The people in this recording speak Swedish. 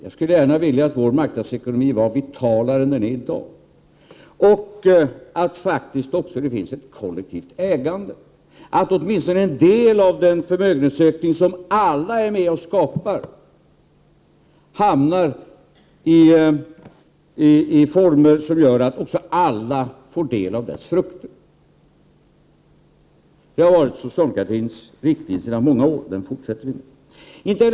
Jag skulle gärna vilja att vår marknadsekonomi var vitalare än den är i dag och att vi också faktiskt hade kollektivt ägande, att åtminstone en del av den förmögenhetsökning som alla är med om att skapa hamnade i former som gör att alla får del av dess frukter. Det har varit socialdemokratins riktlinje många år, och det kommer vi att fortsätta med.